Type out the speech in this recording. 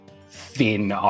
thin